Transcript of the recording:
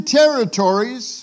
territories